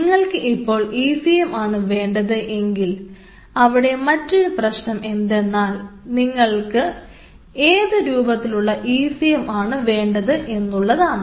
നിങ്ങൾക്ക് ഇപ്പോൾ ECM ആണ് വേണ്ടത് എങ്കിൽ അവിടെ മറ്റൊരു പ്രശ്നം എന്തെന്നാൽ നിങ്ങൾക്ക് ഏതുതരത്തിലുള്ള ECM ആണ് വേണ്ടത് എന്നുള്ളതാണ്